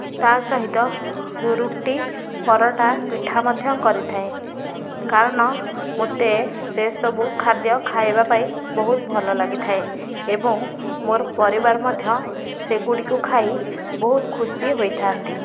ତା ସହିତ ରୁଟି ପରଟା ପିଠା ମଧ୍ୟ କରିଥାଏ କାରଣ ମୋତେ ସେ ସବୁ ଖାଦ୍ୟ ଖାଇବାପାଇଁ ବହୁତ ଭଲ ଲାଗିଥାଏ ଏବଂ ମୋର ପରିବାର ମଧ୍ୟ ସେଗୁଡ଼ିକୁ ଖାଇ ବହୁତ ଖୁସି ହୋଇଥାଆନ୍ତି